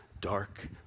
dark